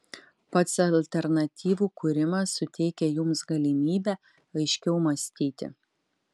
pats alternatyvų kūrimas suteikia jums galimybę aiškiau mąstyti